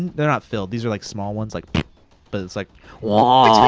they're not filled, these are like small ones, like but it's like waaaaah.